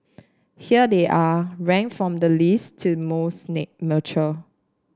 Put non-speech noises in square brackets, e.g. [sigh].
here they are ranked from the least to most [unintelligible] mature